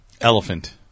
elephant